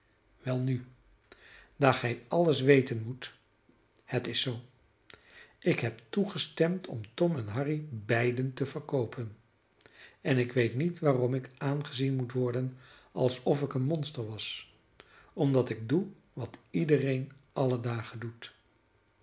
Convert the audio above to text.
welnu daar gij alles weten moet het is zoo ik heb toegestemd om tom en harry beiden te verkoopen en ik weet niet waarom ik aangezien moet worden alsof ik een monster was omdat ik doe wat iedereen alle dagen doet